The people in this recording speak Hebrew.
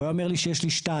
הוא היה אומר לי שיש לי שתיים.